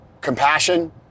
compassion